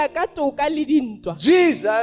Jesus